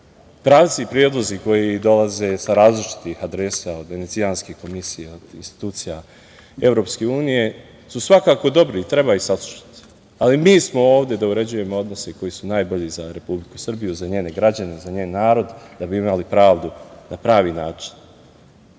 Pravci i predlozi koji dolaze sa različitih adresa od Venecijanske komisije, institucija EU su svakako dobri i treba ih saslušati. Ali, mi smo ovde da uređujemo odnose koji su najbolji za Republiku Srbiju, za njene građane za njen narod da bi imali pravdu na pravi